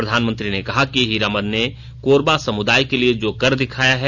प्रधानमंत्री ने कहा कि हीरामन ने कोरबा समुदाय के लिए जो कर दिखाया है